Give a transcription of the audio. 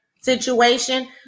situation